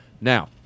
Now